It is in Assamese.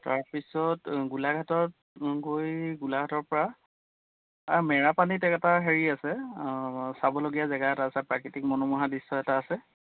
তাৰপিছত গোলাঘাটত গৈ গোলাঘাটৰপৰা মেৰাপানীত এটা হেৰি আছে চাবলগীয়া জেগা এটা আছে প্ৰাকৃতিক মনোমোহা দৃশ্য এটা আছে